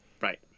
Right